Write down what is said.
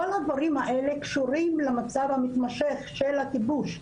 כל הדברים האלה קשורים למצב המתמשך של הכיבוש.